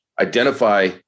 identify